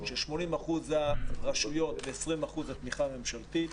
כש-80% זה הרשויות ו-20% זה תמיכה מממשלתית.